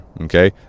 okay